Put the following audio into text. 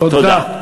תודה.